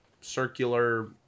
circular